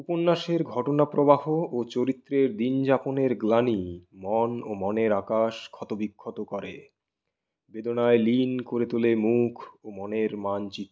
উপন্যাসের ঘটনা প্রবাহ ও চরিত্রর দিনযাপনের গ্লানি মন ও মনের আকাশ ক্ষত বিক্ষত করে বেদনায় লীন করে তোলে মুখ ও মনের মানচিত্র